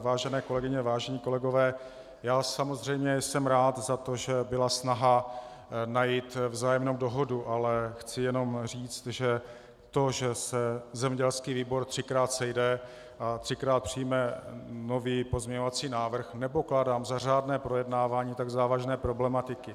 Vážené kolegyně, vážení kolegové, samozřejmě jsem rád za to, že byla snaha najít vzájemnou dohodu, ale chci jenom říct, že to, že se zemědělský výbor třikrát sejde a třikrát přijme nový pozměňovací návrh, nepokládám za řádné projednávání tak závažné problematiky.